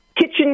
kitchen